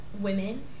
women